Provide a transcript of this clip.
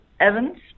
Evans